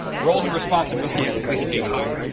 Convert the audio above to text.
roles and responsibilities, or at least a type.